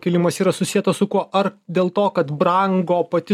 kilimas yra susietas su kuo ar dėl to kad brango pati